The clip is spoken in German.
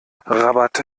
rabat